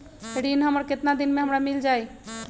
ऋण हमर केतना दिन मे हमरा मील जाई?